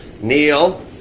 Neil